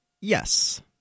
Yes